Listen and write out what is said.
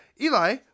Eli